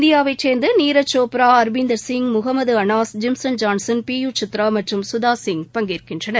இந்தியாவைச் சேர்ந்த Neeraj Chopra அர்பிந்தர்சிங் Mohammed Anas நஜிம்சன் Johnson B U Chitra மற்றும் சுதாசிங் பங்கேற்கின்றனர்